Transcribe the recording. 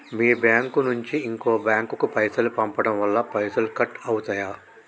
మీ bank నుంచి ఇంకో bank కు పైసలు పంపడం వల్ల పైసలు కట్ అవుతయా?